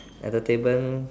entertainment